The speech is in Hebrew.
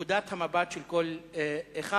נקודת המבט של כל אחד.